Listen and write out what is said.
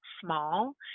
small